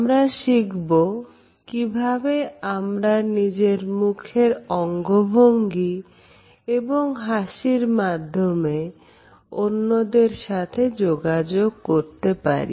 আমরা শিখবো কিভাবে আমরা নিজের মুখের অঙ্গভঙ্গি এবং হাসির মাধ্যমে অন্যদের সাথে যোগাযোগ করতে পারি